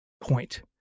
point